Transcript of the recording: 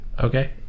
okay